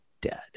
dead